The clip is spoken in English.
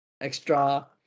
extra